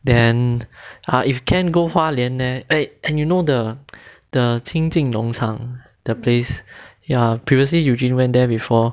then uh if can go 花莲 eh and you know the the 清境农场 the place your previously eugene went there before